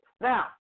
Now